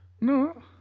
no